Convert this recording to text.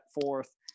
forth